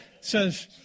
says